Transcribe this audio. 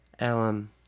Alan